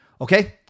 Okay